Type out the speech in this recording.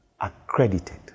accredited